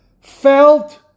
felt